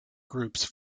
groups